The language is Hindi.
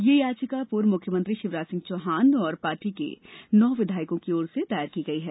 यह याचिका पूर्व मुख्यमंत्री शिवराज सिंह चौहान और पार्टी के नौ विधायकों की ओर से दायर की गई है